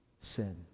sin